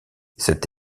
cette